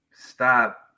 Stop